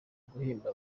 guhemba